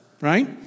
right